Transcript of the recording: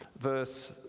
verse